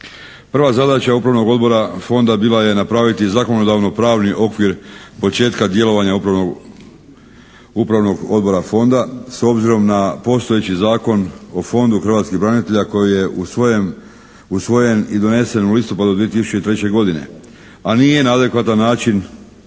Prva zadaća Upravnog odbora Fonda bila je napraviti zakonodavno-pravni okvir početka djelovanja Upravnog odbora Fonda, s obzirom na postojeći Zakon o Fondu hrvatskih branitelja koji je usvojen i donesen u listopadu 2003. godine, a nije na adekvatan način